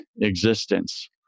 existence